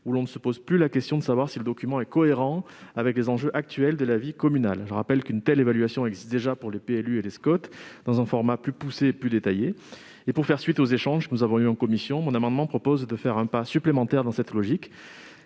Nul ne se pose plus la question de savoir si ces documents sont cohérents avec les enjeux actuels de la vie communale. Je rappelle qu'une telle évaluation existe déjà pour les PLU et les SCoT selon un format plus poussé et plus détaillé. Pour faire suite aux échanges que nous avons eus en commission, je vous propose ici de faire un pas supplémentaire dans cette